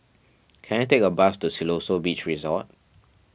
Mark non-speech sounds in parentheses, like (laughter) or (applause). (noise) can I take a bus to Siloso Beach Resort